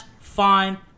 fine